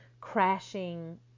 crashing